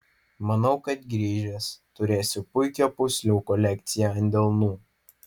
manau kad grįžęs turėsiu puikią pūslių kolekciją ant delnų